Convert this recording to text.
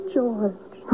George